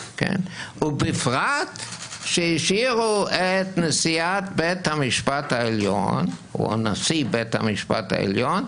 ובפרט שהשאירו את נשיאת בית המשפט העליון או נשיא בית המשפט העליון.